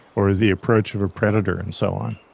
or the approach of a predator, and so on